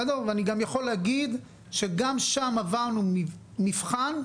אני גם יכול להגיד שגם שם עברנו מבחן,